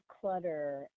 clutter